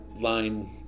line